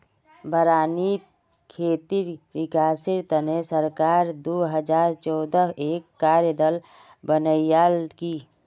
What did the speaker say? बारानीत खेतीर विकासेर तने सरकार दो हजार चौदहत एक कार्य दल बनैय्यालकी